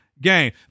game